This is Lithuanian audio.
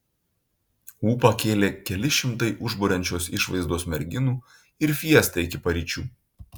ūpą kėlė keli šimtai užburiančios išvaizdos merginų ir fiesta iki paryčių